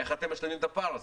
איך אתם משלימים את הפער הזה?